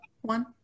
one